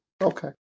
Okay